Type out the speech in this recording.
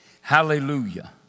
Hallelujah